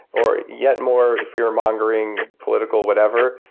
or yet more fear mongering political whatever,